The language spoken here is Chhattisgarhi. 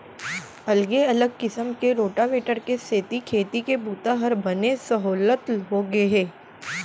अगले अलग किसम के रोटावेटर के सेती खेती के बूता हर बने सहोल्लत होगे हे